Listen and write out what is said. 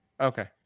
Okay